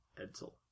Edsel